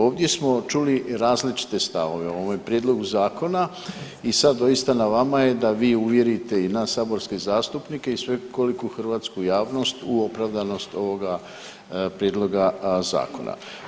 Ovdje smo čuli različite stavove o ovome prijedlogu zakona i sad doista na vama je da vi uvjerite i nas saborske zastupnike i svekoliku hrvatsku javnost u opravdanost ovoga prijedloga zakona.